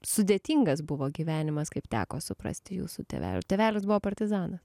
sudėtingas buvo gyvenimas kaip teko suprasti jūsų tėvel tėvelis buvo partizanas